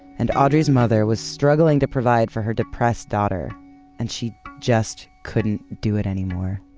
and audrey's mother was struggling to provide for her depressed daughter and she just couldn't do it anymore.